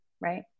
right